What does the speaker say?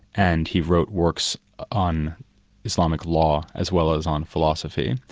and he wrote works on islamic law, as well as on philosophy.